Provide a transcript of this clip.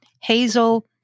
Hazel